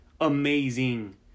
amazing